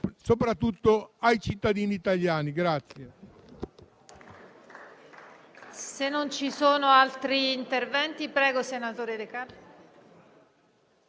soprattutto ai cittadini italiani.